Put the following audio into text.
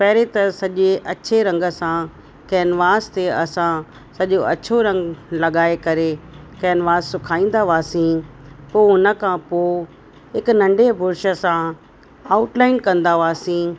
पहिरें त सॼे अछे रंग सां कैनवास ते असां सॼो अछो रंग लॻाए करे कैनवास सुकाईंदा हुआसीं पोइ हुन खां पोइ हिकु नंढे ब्रुश सां आउट लाइन कंदा हुआसीं